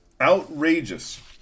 outrageous